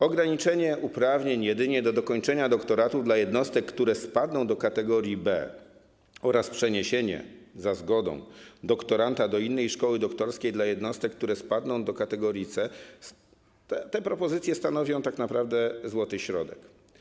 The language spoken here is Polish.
Ograniczenie uprawnień jedynie do dokończenia doktoratu dla jednostek, które spadną do kategorii B, oraz przeniesienie, za zgodą, doktoranta do innej szkoły doktorskiej dla jednostek, które spadną do kategorii C - te propozycje stanowią tak naprawdę złoty środek.